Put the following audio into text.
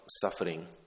suffering